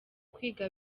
kwiga